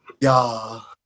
y'all